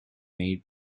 made